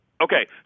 Okay